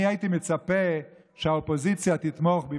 הייתי מצפה שהאופוזיציה תתמוך בי.